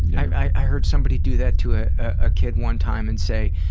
yeah i heard somebody do that to a ah kid one time and say,